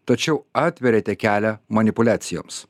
tačiau atveriate kelią manipuliacijoms